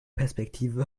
perspektive